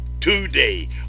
today